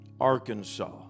Arkansas